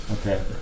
Okay